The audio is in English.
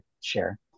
share